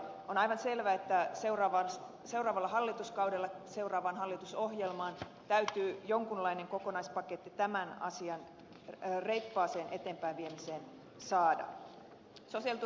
on aivan selvää että seuraavalla hallituskaudella seuraavaan hallitusohjelmaan täytyy jonkunlainen kokonaispaketti tämän asian reippaaseen eteenpäinviemiseen saada